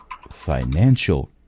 financial